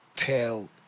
Tell